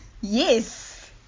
Yes